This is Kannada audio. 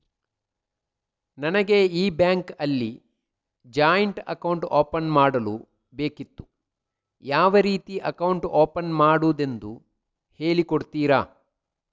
ನನಗೆ ಈ ಬ್ಯಾಂಕ್ ಅಲ್ಲಿ ಜಾಯಿಂಟ್ ಅಕೌಂಟ್ ಓಪನ್ ಮಾಡಲು ಬೇಕಿತ್ತು, ಯಾವ ರೀತಿ ಅಕೌಂಟ್ ಓಪನ್ ಮಾಡುದೆಂದು ಹೇಳಿ ಕೊಡುತ್ತೀರಾ?